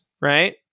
right